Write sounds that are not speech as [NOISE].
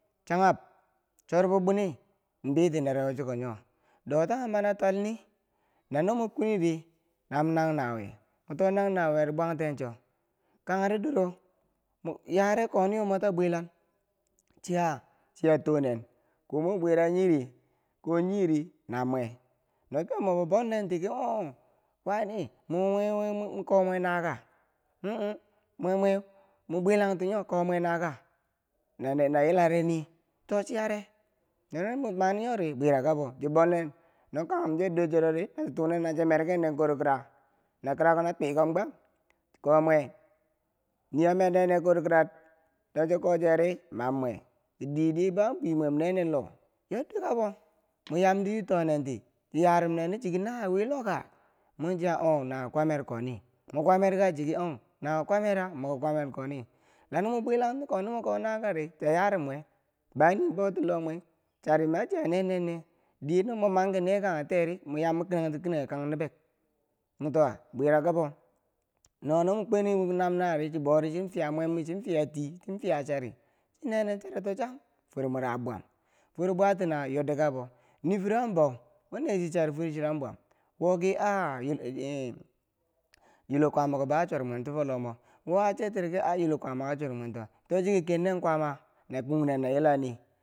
Changhab chorbo bwini bitinerowi chukonyo dotanghe mani twal nii na no mwe kweni ri nnam, nang nawiye mwe to nang nawuyeri bwangtencho kangheri doro yare koniyo mwe tabwe len chiya chiyatonen komwe bwira nyiko nyiri, nam mwe no kebmwebo bol nentiri ki oh- ohghe wane [HESITATION] mwo komwe naka mwa bwelantinyo ko mwe chiyare na yilare nii to chiyare mwe maniyori bwirakabo chiki bwolnen no kaghum chedorchero nachetunen nache merken dorkira na kirako natwikenen gwan kohmwe nii amerkenende korkirar nachi kochere ma, umwe kididiye bou an bwi mwem ne- nen lo yordikabo mwe yamdi chitonenti, chiyarumnen di menenki nawiye wi loka? mwe chiya ong nawiye kwamer koni mwe kwamer ka chiki ong nawiye kwamerka mo ki kwamer koni la no mwi bwelangti koni mo ko nakari chiya yarumwe bani bouti lomwe charimachiya ne- nen- ne diye no mwi man ki nee kanghe teeri mwe yam mwi kinangti kinanghe kangh nobek mwe towa bwira kabona wo no kweni mwe nam- nawi yeri chibori chin fiya mwembo chiyan fiya tii chiyan fiya chari chin ne- nen charito cham fwermwero fwero bwati naweu yoddi kabo nifiro an bou chiyan nechi chari ferchero an bwam woki a, [HESITATION] a yulo kwamako bou a chormwentifo lo mo wo a chertiri ki a a yulo kwaamako achor mwen ti to chiki ken nen kwama na kugnen na yila nii.